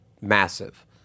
massive